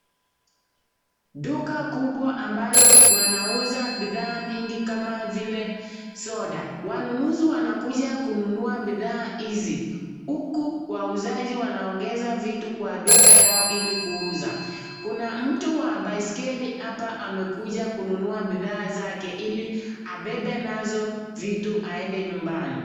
Duka kubwa ambalo wanauza bidhaa mingi kama vile soda wanunuzi wanakuja kununua bidhaa hizi huku wauzaji wanaongeza vitu kwa duka yao ili kuuza. Kuna mtu wa baiskeli hapa amekuja kununua bidhaa zake ili aebe nazo vitu aende nyumbani.